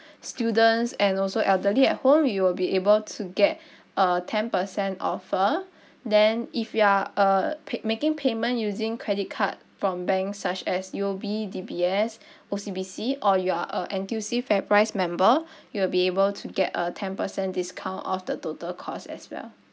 students and also elderly at home you will be able to get a ten percent offer then if you are uh pay~ making payment using credit card from bank such as U_O_B D_B_S O_C_B_C or you're a N_T_U_C fairprice member you will be able to get a ten percent discount off the total cost as well